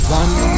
one